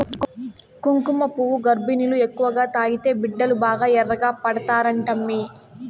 కుంకుమపువ్వు గర్భిణీలు ఎక్కువగా తాగితే బిడ్డలు బాగా ఎర్రగా పడతారంటమ్మీ